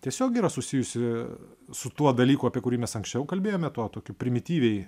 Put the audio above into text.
tiesiog yra susijusi su tuo dalyku apie kurį mes anksčiau kalbėjome tuo tokiu primityviai